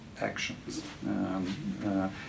actions